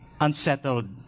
unsettled